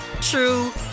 true